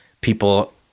people –